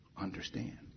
understand